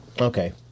okay